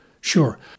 Sure